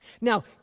Now